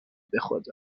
بخدا